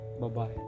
Bye-bye